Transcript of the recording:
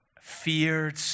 feared